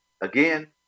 Again